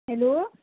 hello